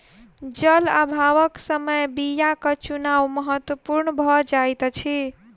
जल अभावक समय बीयाक चुनाव महत्पूर्ण भ जाइत अछि